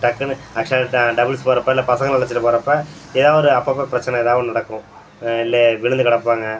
டக்குனு ஆக்ஷுவலா ட டபுள்ஸ் போகிறப்ப இல்லை பசங்களை அழைச்சிட்டு போகிறப்ப எதாது ஒரு அப்போ அப்போ பிரச்சனை எதாது ஒன்று நடக்கும் இல்லை விழுந்து கிடப்பாங்க